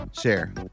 Share